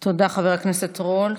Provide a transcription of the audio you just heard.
תודה, חבר הכנסת רול.